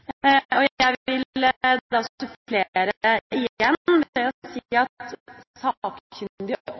Jeg vil da supplere igjen ved å si at sakkyndige